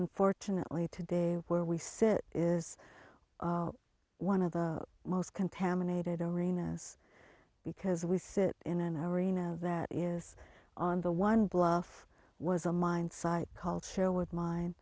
unfortunately today where we sit is one of the most contaminated arenas because we sit in an hour ina that is on the one bluff was a mine site called share with mine